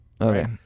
okay